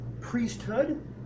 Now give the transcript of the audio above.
priesthood